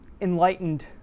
enlightened